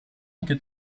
anche